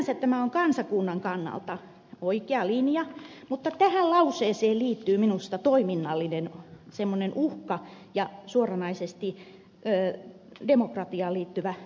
sinänsä tämä on kansakunnan kannalta oikea linja mutta tähän lauseeseen liittyy minusta semmoinen toiminnallinen uhka ja suoranaisesti demokratiaan liittyvä pelko